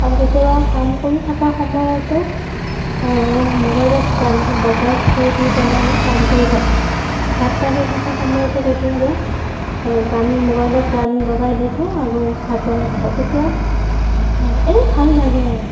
আৰু কেতিয়াবা কাম কৰি থকা সময়তো মোবাইলত গান বজাই থৈ দি পেলাই মই কাম কৰি থাকোঁ ভাত ৰান্ধি থকা সময়তো কেতিয়াবা গান মোবাইলত গান লগাই দি থওঁ আৰু ভাত বনাই থাকোঁ তেতিয়া এনেই ভাল লাগে আৰু